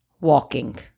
walking